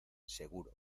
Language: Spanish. seguro